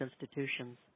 institutions